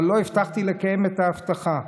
אבל לא הבטחתי לקיים את ההבטחה,